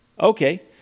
Okay